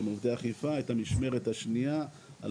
שהם עובדי אכיפה את המשמרת השנייה על